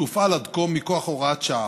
שהופעל עד כה מכוח הוראת שעה.